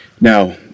Now